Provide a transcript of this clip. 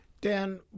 Dan